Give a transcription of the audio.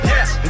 Yes